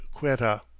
Quetta